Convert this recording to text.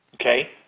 Okay